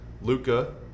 Luca